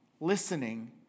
listening